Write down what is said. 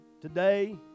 today